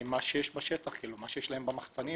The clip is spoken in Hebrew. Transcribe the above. ועם מה שיש בשטח, מה שיש להם במחסנים.